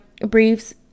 briefs